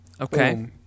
Okay